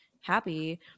happy